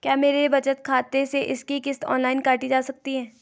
क्या मेरे बचत खाते से इसकी किश्त ऑनलाइन काटी जा सकती है?